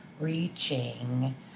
reaching